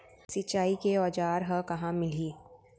सिंचाई के औज़ार हा कहाँ मिलही?